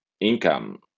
income